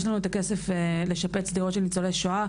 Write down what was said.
לנו את הכסף לשפץ דירות של ניצולי שואה.